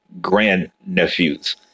grandnephews